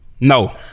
No